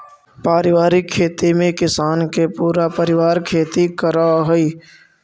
पारिवारिक खेती में किसान के पूरा परिवार खेती करऽ हइ